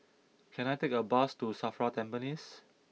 can I take a bus to Safra Tampines